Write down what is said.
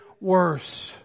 worse